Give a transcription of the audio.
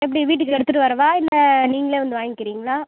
எப்படி வீட்டுக்கு எடுத்துகிட்டு வரவா இல்லை நீங்களே வந்து வாங்கிறீங்ளா